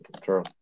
True